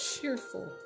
cheerful